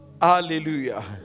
Hallelujah